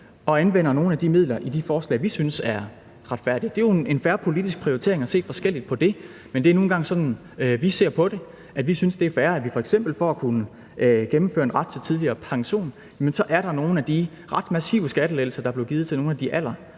og anvender nogle af de midler i de forslag, som vi synes er retfærdige. Det er jo en fair politisk prioritering at se forskelligt på det, men det er nu engang sådan, vi ser på det. Vi synes, det er fair, at vi f.eks. for at kunne gennemføre en ret til tidligere pension så i forhold til nogle af de ret massive skattelettelser, der blev givet til nogle af de allermest